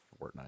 Fortnite